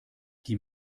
die